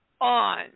on